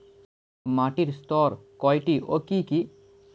মাটির স্তর কয়টি ও কি কি?